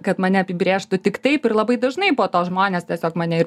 kad mane apibrėžtų tik taip ir labai dažnai po to žmonės tiesiog mane ir